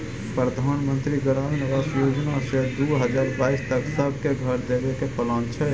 परधान मन्त्री ग्रामीण आबास योजना सँ दु हजार बाइस तक सब केँ घर देबे केर प्लान छै